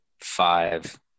five